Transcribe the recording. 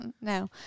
No